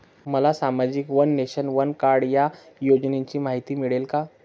मला सामाजिक one nation, one card या योजनेची माहिती मिळेल का?